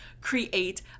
create